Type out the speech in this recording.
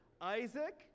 Isaac